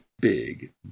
big